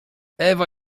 ewa